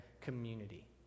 community